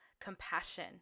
compassion